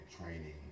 training